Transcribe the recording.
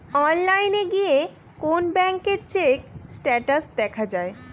অনলাইনে গিয়ে কোন ব্যাঙ্কের চেক স্টেটাস দেখা যায়